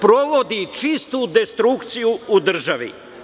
Provodi čistu destrukciju u državi.